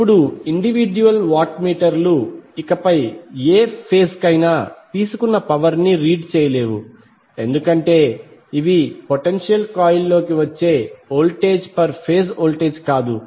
ఇప్పుడు individual watt meter లు ఇకపై ఏ ఫేజ్ కైనా తీసుకున్న పవర్ ని రీడ్ చేయలేవు ఎందుకంటే ఇవి పొటెన్షియల్ కాయిల్లోకి వచ్చే వోల్టేజ్ పర్ ఫేజ్ వోల్టేజ్ కాదు